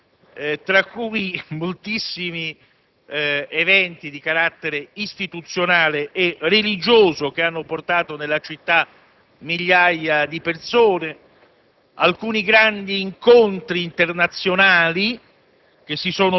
ospitati, moltissimi a carattere istituzionale e religioso, hanno portato nella città migliaia di persone.